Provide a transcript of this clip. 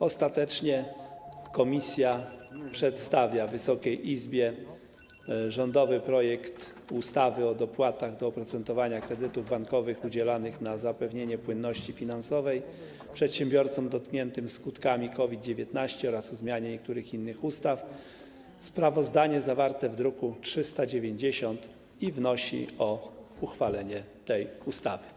Ostatecznie komisja przedstawia Wysokiej Izbie rządowy projekt ustawy o dopłatach do oprocentowania kredytów bankowych udzielanych na zapewnienie płynności finansowej przedsiębiorcom dotkniętym skutkami COVID-19 oraz o zmianie niektórych innych ustaw, sprawozdanie jest zawarte w druku nr 390, i wnosi o uchwalenie tej ustawy.